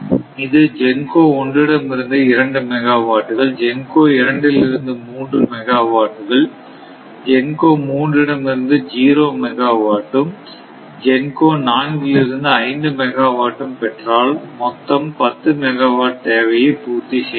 இது GENCO ஒன்றிடம் இருந்து 2 மெகா வாட்டுகள் GENCO இரண்டிலிருந்து மூன்று மெகா வாட்டுகள் GENCO 3 இடமிருந்து ஜீரோ மெகாவாட்டும் GENCO நான்கிலிருந்து ஐந்து மெகாவாட்டும் பெற்றால் மொத்தம் 10 மெகாவாட் தேவையை பூர்த்தி செய்யலாம்